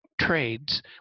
trades